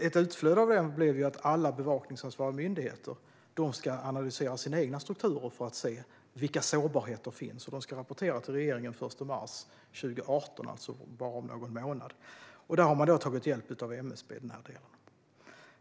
Ett utflöde av det blev att alla bevakningsansvariga myndigheter ska analysera sina egna strukturer för att se vilka sårbarheter som finns, och de ska rapportera till regeringen den 1 mars 2018, alltså om bara någon månad. I den delen har man tagit hjälp av MSB.